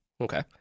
Okay